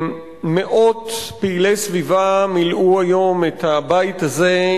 מאות פעילי סביבה מילאו היום את הבית הזה,